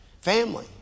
family